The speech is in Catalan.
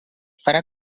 farà